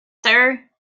sir